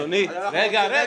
אז אנחנו --- לא,